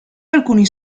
alcuni